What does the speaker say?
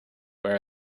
where